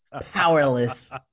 powerless